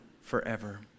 forever